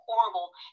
horrible